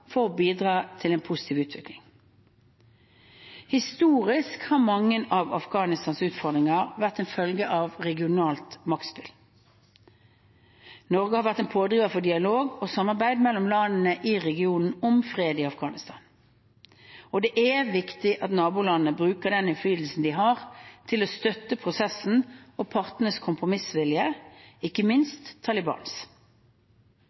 for å bidra til en positiv utvikling. Historisk har mange av Afghanistans utfordringer vært en følge av regionalt maktspill. Norge har vært en pådriver for dialog og samarbeid mellom landene i regionen om fred i Afghanistan. Det er viktig at nabolandene bruker den innflytelsen de har, til å støtte prosessen og partenes kompromissvilje, ikke